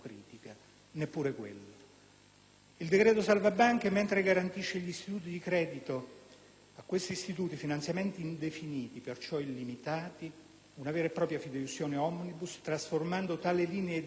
Il decreto salvabanche, mentre garantisce agli istituti di credito finanziamenti indefiniti, perciò illimitati (una vera e propria fideiussione *omnibus*, trasformando tali linee di credito in *bond* perpetui